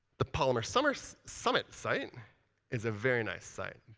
the polymer summit summit site is a very nice site.